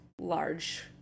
large